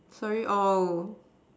sorry oh